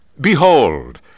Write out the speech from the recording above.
Behold